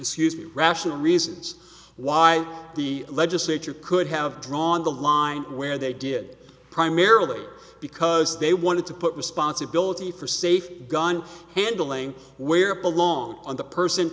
used rational reasons why the legislature could have drawn the line where they did primarily because they wanted to put responsibility for safe gun handling where it belongs on the person